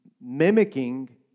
mimicking